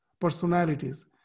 personalities